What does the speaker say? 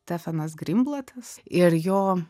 stefanas grimblatas ir jo